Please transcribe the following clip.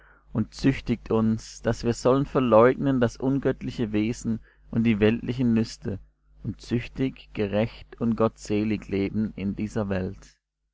und züchtigt uns daß wir sollen verleugnen das ungöttliche wesen und die weltlichen lüste und züchtig gerecht und gottselig leben in dieser welt